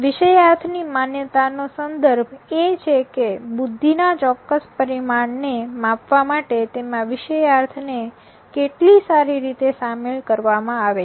વિષયાર્થ ની માન્યતાનો સંદર્ભ એ છે કે બુદ્ધિના ચોક્કસ પરિમાણને માપવા માટે તેમાં વિષયાર્થ ને કેટલી સારી રીતે સામેલ કરવામાં આવે છે